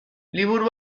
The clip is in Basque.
liburu